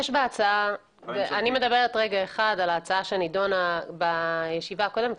אני מדברת על ההצעה שנידונה בישיבה הקודמת.